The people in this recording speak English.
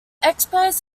expos